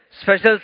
special